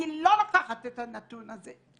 אני לא לוקחת את הנתון הזה.